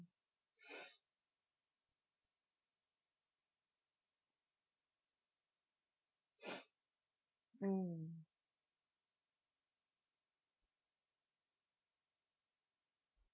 mm